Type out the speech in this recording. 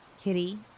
Kitty